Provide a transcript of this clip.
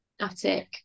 attic